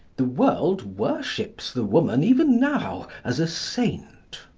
the world worships the woman, even now, as a saint.